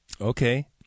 Okay